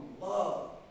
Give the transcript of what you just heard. love